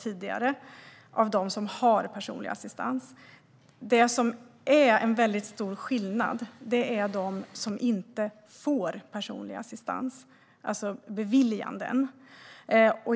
Det är alltså för dem som har personlig assistans. Det som är en väldigt stor skillnad gäller dem som inte får personlig assistans, alltså beviljanden.